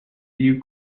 you